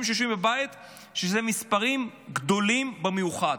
שיושבים בבית שאלה מספרים גדולים במיוחד.